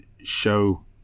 show